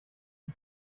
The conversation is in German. die